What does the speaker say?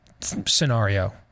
scenario